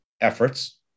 efforts